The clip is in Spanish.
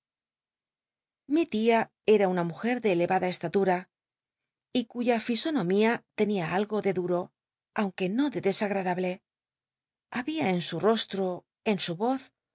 iii tia era una mujer de eleada cstatui'a y cuya fisonomía tenia algo de dut'o aunque no de desagtadablc habia en su rostro en su voz